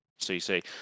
CC